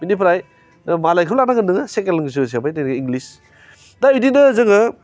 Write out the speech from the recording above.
बिनिफ्राय ओम मालायखौ लानांगोन नोङो सेकेण्ड लेंगुवेस हिसाबै दिनै इंलिस दा बिदिनो जोङो